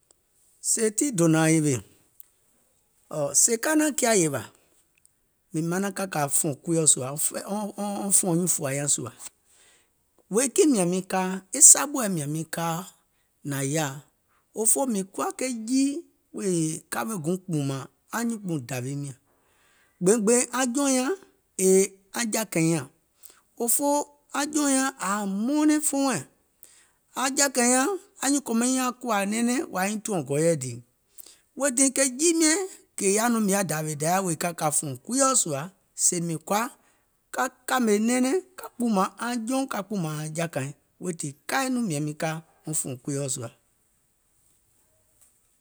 Sèè tii dònȧȧŋ yèwè, sèè ka naàŋ kià yèwȧ, mìŋ manaŋ ka kȧ wɔŋ fùɔ̀ŋ kuiɔ̀, wɔŋ fùɔ̀ŋ anyuùŋ fùȧ nyaŋ sùȧ. Wèè kiìŋ mìȧŋ miŋ kaa? E saɓùɛ mìȧŋ miŋ kaa nȧŋ yaȧ, fòfoo mìŋ kuwa ke jii wèè ka weè guùŋ kpùùmȧŋ anyuùnkpùuŋ dȧwiim nyȧŋ, gbèìŋ gbèìŋ aŋ jɔùŋ nyaŋ yèè aŋ jɔ̀ȧkȧiŋ jɔa nyȧŋ, òfoo aŋ jɔùŋ nyaŋ ȧŋ yaȧ mɔɔnɛŋ fuɔŋ wɛɛ̀ŋ, aŋ jɔ̀àkàiŋ nyȧŋ, anyuùŋ kòmaŋ nyiŋ nyȧŋ kuwȧ nɛɛnɛŋ wèè aŋ nyiŋ tùȧŋ gɔ̀ɔ̀yɛ dìì, weètii ke jii miɛ̀ŋ kè yaȧ nɔŋ mìŋ yaȧ dȧȧwè Dayà wèè ka kȧ fùɔ̀ŋ kuiɔ̀ sùà, sèè mìŋ kɔ̀à ka kȧmè nɛɛnɛŋ ka kpùùmȧŋ aŋ jɔùŋ, ka kpùùmȧŋ aŋ jɔ̀ȧkȧìŋ, weètii kai nɔŋ miȧŋ miŋ ka fùɔ̀ŋ kuiɔ̀ sùȧ